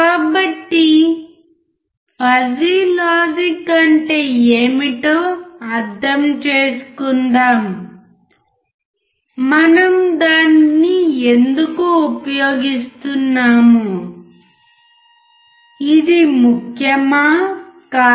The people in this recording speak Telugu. కాబట్టి ఫజీ లాజిక్ అంటే ఏమిటో అర్థం చేసుకుందాం మనం దానిని ఎందుకు ఉపయోగిస్తున్నాము ఇది ముఖ్యమా కాదా